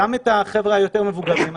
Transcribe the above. גם חבר'ה יותר מבוגרים.